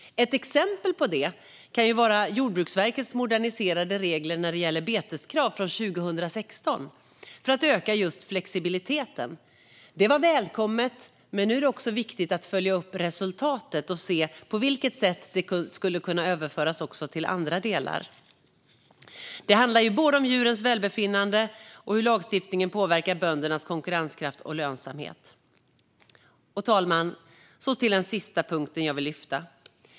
Ett exempel på detta kan vara Jordbruksverkets moderniserade regler när det gäller beteskrav från 2016 för att öka just flexibiliteten. Det var välkommet, men nu är det också viktigt att följa upp resultatet för att se på vilket sätt det skulle kunna överföras också till andra delar. Det handlar både om djurens välbefinnande och om hur lagstiftningen påverkar böndernas konkurrenskraft och lönsamhet. Fru talman! Jag ska lyfta fram en sista punkt.